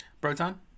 Proton